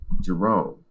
Jerome